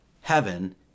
heaven